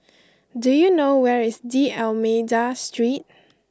do you know where is D'almeida Street